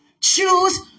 Choose